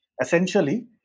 Essentially